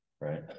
right